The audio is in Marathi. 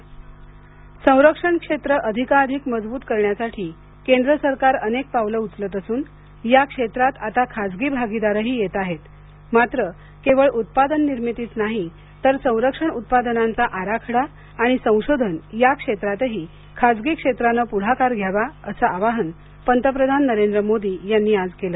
पंतप्रधान संरक्षण अंदाजपत्रक संरक्षण क्षेत्र अधिकाधिक मजबूत करण्यासाठी केंद्र सरकार अनेक पावलं उचलत असून या क्षेत्रात आता खासगी भागीदारही येत आहेत मात्र केवळ उत्पादन निर्मितीच नाही तर संरक्षण उत्पादनांचा आराखडा आणि संशोधन या क्षेत्रातही खासगी क्षेत्रानं पुढाकार घ्यावा असं आवाहन पंतप्रधान नरेंद्र मोदी यांनी आज केलं